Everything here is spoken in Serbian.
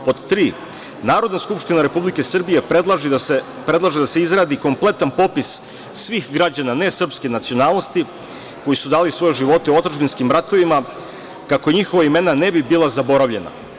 Pod tri, Narodna skupština Republike Srbije predlaže da se izradi kompletan popis svih građana nesrpske nacionalnosti, koji su dali svoje živote u otadžbinskim ratovima, kako njihova imena ne bi bila zaboravljena.